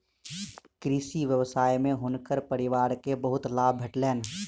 कृषि व्यवसाय में हुनकर परिवार के बहुत लाभ भेटलैन